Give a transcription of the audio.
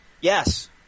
Yes